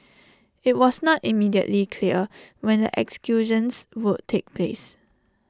IT was not immediately clear when the executions would take place